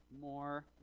more